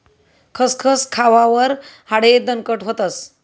खसखस खावावर हाडे दणकट व्हतस